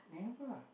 move lah